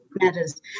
matters